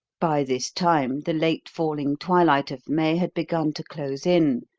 by this time the late falling twilight of may had begun to close in,